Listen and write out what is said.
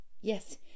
yes